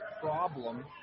problem